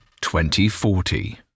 2040